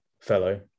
fellow